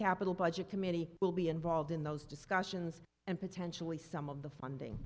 capital budget committee will be involved in those discussions and potentially some of the funding